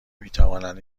میتوانند